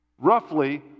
Roughly